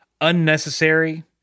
unnecessary